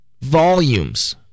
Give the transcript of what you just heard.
volumes